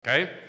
Okay